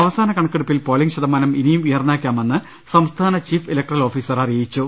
അവസാന കണക്കെടുപ്പിൽ പോളിങ് ശതമാനം ഇനിയും ഉയർന്നേക്കാമെന്ന് സംസ്ഥാന ചീഫ് ഇലക്ട്രൽ ഓഫീസർ അറിയിച്ചു